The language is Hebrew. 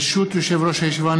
ברשות יושב-ראש הישיבה,